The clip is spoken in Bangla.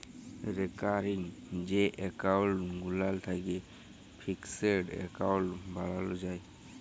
রেকারিং যে এক্কাউল্ট গুলান থ্যাকে ফিকসেড এক্কাউল্ট বালালো যায়